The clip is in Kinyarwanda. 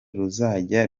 ruzajya